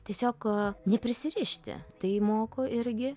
tiesiog neprisirišti tai moko irgi